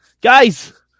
guys